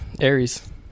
aries